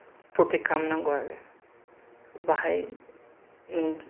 प्रतेक्त खालामनांगौ आरो बाहाय